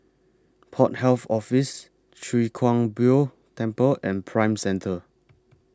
Port Health Office Chwee Kang Beo Temple and Prime Centre